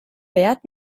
wert